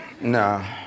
Nah